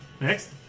Next